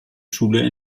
schule